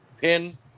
pin